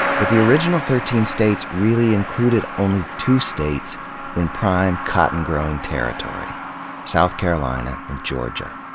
but the original thirteen states really included only two states in prime cotton-growing territory south carolina and georgia.